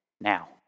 Now